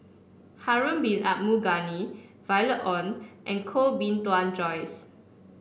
Harun Bin Abdul Ghani Violet Oon and Koh Bee Tuan Joyce